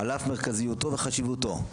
על אף מרכזיותו וחשיבותו,